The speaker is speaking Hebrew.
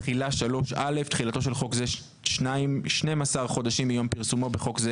תחילה 3. (א)תחילתו של חוק זה שנים עשר חודשים מיום פרסומו (בחוק זה